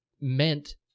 meant